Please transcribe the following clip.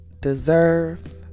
deserve